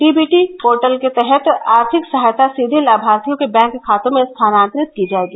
DBT portal के तहत आर्थिक सहायता सीधे लाभार्थियों के बैंक खातों में स्थानांतरित की जाएगी